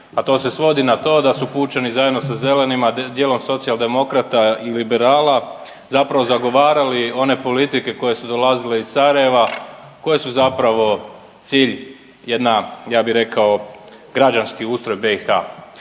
a to se svodi na to da su pučani zajedno sa Zelenima dijelom socijaldemokrata i liberala zapravo zagovarali one politike koje su dolazile iz Sarajeva, koje su zapravo cilj jedna ja bih rekao građanski ustroj BiH.